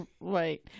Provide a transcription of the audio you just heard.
Right